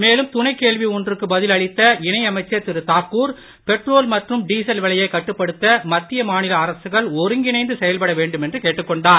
மேலும் துணைக் கேள்வி ஒன்றுக்கு பதில் அளித்த இணை அமைச்சர் திரு தாக்கூர் பெட்ரோல் மற்றும் டீசல் விலையைக் கட்டுப்படுத்த மத்திய மாநில அரசுகள் ஒருங்கிணைந்து செயல்பட வேண்டுமென்று கேட்டுக் கொண்டார்